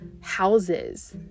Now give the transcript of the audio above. houses